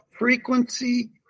Frequency